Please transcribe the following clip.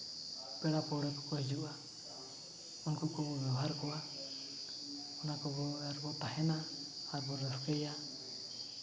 ᱯᱮᱲᱟ ᱯᱟᱹᱲᱦᱟᱹ ᱠᱚᱠᱚ ᱦᱤᱡᱩᱜᱼᱟ ᱩᱱᱠᱩ ᱠᱚ ᱵᱮᱵᱚᱦᱟᱨ ᱠᱚᱣᱟ ᱚᱱᱟᱠᱚ ᱟᱨᱠᱚ ᱛᱟᱦᱮᱱᱟ ᱟᱨᱵᱚ ᱨᱟᱹᱥᱠᱟᱹᱭᱟ